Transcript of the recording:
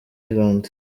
islands